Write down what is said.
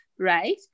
Right